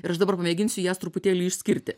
ir aš dabar pamėginsiu jas truputėlį išskirti